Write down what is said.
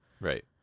Right